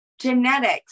genetics